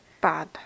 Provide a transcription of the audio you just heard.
Bad